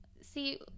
See